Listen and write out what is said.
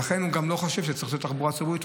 לכן הוא גם לא חושב שצריך תחבורה ציבורית.